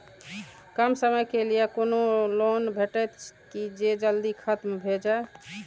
कम समय के लीये कोनो लोन भेटतै की जे जल्दी खत्म भे जे?